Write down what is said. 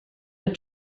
but